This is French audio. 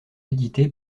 éditées